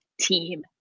Team